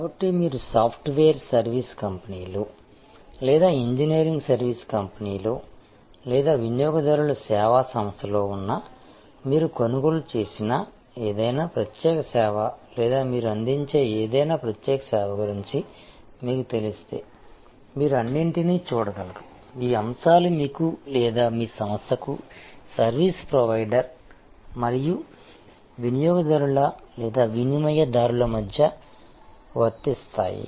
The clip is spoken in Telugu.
కాబట్టి మీరు సాఫ్ట్వేర్ సర్వీస్ కంపెనీలో లేదా ఇంజనీరింగ్ సర్వీస్ కంపెనీలో లేదా వినియోగదారుల సేవా సంస్థలో ఉన్నా మీరు కొనుగోలు చేసిన ఏదైనా ప్రత్యేక సేవ లేదా మీరు అందించే ఏదైనా ప్రత్యేక సేవ గురించి మీకు తెలిస్తే మీరు అన్నింటినీ చూడగలరు ఈ అంశాలు మీకు లేదా మీ సంస్థకు సర్వీసు ప్రొవైడర్ మరియు వినియోగదారుల లేదా వినిమయదారుల మధ్య వర్తిస్తాయి